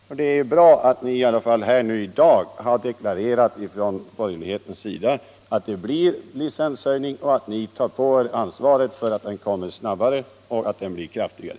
Och det är bra att ni i alla fall från borgerlighetens sida här i dag deklarerat att det blir licenshöjning och att ni tar på er ansvaret för att den kommer snabbare och blir kraftigare.